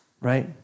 Right